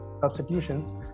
substitutions